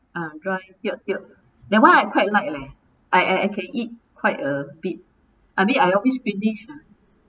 ah dry that one I quite like leh I I I can eat quite a bit I mean I always finish ah